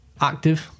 active